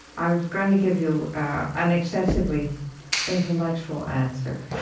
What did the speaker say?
i was going to give you an excessively intellectual answer